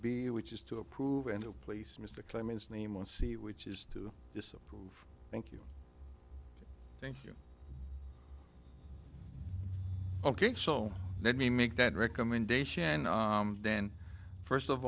b which is to approve and to place mr clements name on c which is to disapprove thank you thank you ok so let me make that recommendation then first of